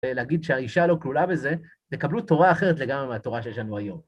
ולהגיד שהאישה לא כלולה בזה, תקבלו תורה אחרת לגמרי מהתורה שיש לנו היום.